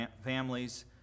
families